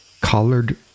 colored